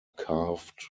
carved